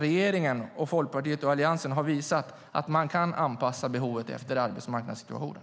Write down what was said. Regeringen, Folkpartiet och Alliansen har visat att man kan anpassa behovet efter arbetsmarknadssituationen.